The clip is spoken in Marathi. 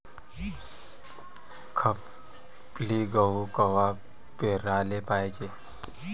खपली गहू कवा पेराले पायजे?